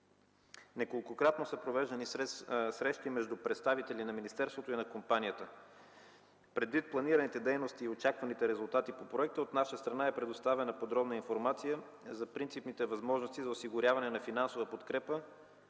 Неколкократно са провеждани срещи между представители на министерството и на компанията. Предвид планираните дейности и очакваните резултати по проекта от наша страна е предоставена подробна информация за принципните възможности за осигуряване на финансова подкрепа